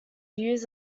used